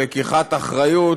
של לקיחת אחריות,